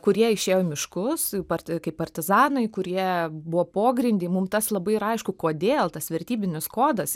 kurie išėjo į miškus parti kaip partizanai kurie buvo pogrindy mum tas labai yra aišku kodėl tas vertybinis kodas